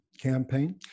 campaign